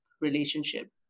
relationship